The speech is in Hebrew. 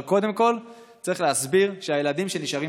אבל קודם כול צריך להסביר שהילדים שנשארים